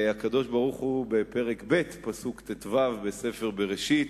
הקדוש-ברוך-הוא, בפרק ב', פסוק ט"ו, בספר בראשית: